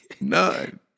None